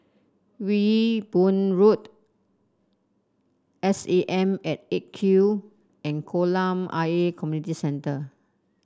Ewe Boon Road S A M at Eight Q and Kolam Ayer Community Club